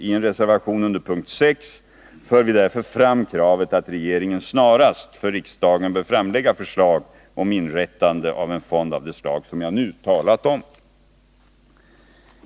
I reservation 6 för vi därför fram kravet att regeringen snarast för riksdagen skall framlägga förslag om inrättande av en fond av det slag som jag nu talat om.